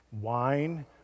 Wine